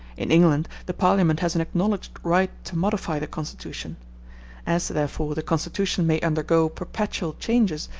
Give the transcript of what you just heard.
in england the parliament has an acknowledged right to modify the constitution as, therefore, the constitution may undergo perpetual changes,